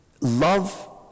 Love